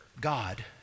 God